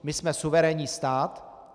My jsme suverénní stát.